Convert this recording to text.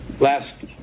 Last